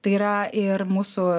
tai yra ir mūsų